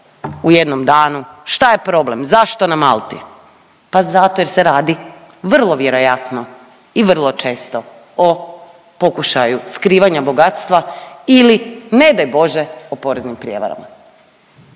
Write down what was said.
u jednom danu šta je problem, zašto na Malti? Pa zato jer se radi vrlo vjerojatno i vrlo često o pokušaju skrivanja bogatstva ili ne daj Bože o poreznim prijevarama.